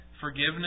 forgiveness